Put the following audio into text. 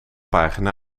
pagina